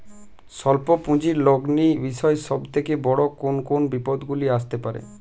স্বল্প পুঁজির লগ্নি বিষয়ে সব থেকে বড় কোন কোন বিপদগুলি আসতে পারে?